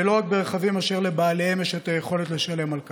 ולא רק ברכבים אשר לבעליהם יש יכולת לשלם על כך.